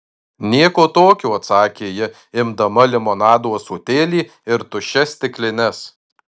nieko tokio atsakė ji imdama limonado ąsotėlį ir tuščias stiklines